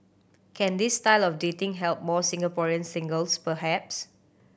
can this style of dating help more Singaporean singles perhaps